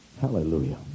hallelujah